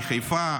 מחיפה,